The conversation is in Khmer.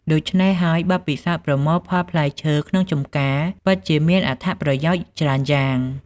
ដូច្នេះហើយ បទពិសោធន៍ប្រមូលផលផ្លែឈើក្នុងចម្ការពិតជាមានអត្ថប្រយោជន៍ច្រើនយ៉ាង។